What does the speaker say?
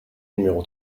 numéro